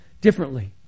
differently